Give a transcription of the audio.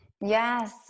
Yes